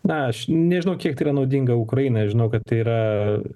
na aš nežinau kiek tai yra naudinga ukrainai aš žinau kad tai yra